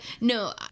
no